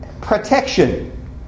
protection